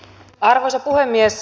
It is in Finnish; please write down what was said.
arvoisa puhemies